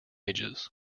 ages